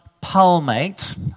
palmate